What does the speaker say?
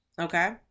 okay